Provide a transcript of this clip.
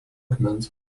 akmens